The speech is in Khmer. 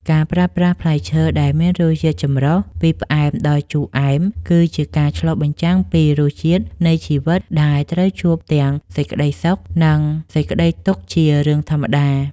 ការប្រើប្រាស់ផ្លែឈើដែលមានរសជាតិចម្រុះពីផ្អែមដល់ជូរអែមគឺជាការឆ្លុះបញ្ចាំងពីរសជាតិនៃជីវិតដែលត្រូវជួបទាំងសេចក្តីសុខ និង សេចក្តីទុក្ខជារឿងធម្មតា។